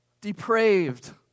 depraved